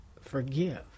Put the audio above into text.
forgive